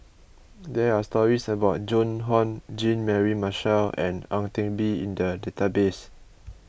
there are stories about Joan Hon Jean Mary Marshall and Ang Teck Bee in the database